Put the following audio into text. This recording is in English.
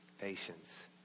Patience